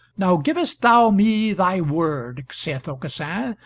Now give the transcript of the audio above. now givest thou me thy word, saith aucassin,